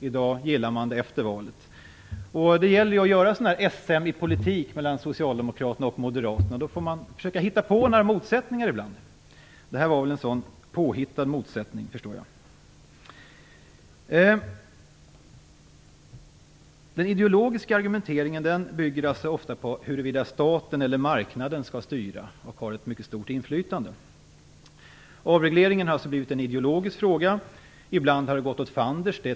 I dag, efter valet, gillar de det. Det gäller att göra ett SM i politik mellan socialdemokraterna och moderaterna. Då får man ibland försöka hitta på några motsättningar. Detta var väl en sådan påhittad motsättning, vad jag kan förstå. Den ideologiska argumenteringen bygger ofta på huruvida staten eller marknaden skall styra och ha ett mycket stort inflytande. Avregleringen har alltså blivit en ideologisk fråga. Ibland har det gått åt fanders.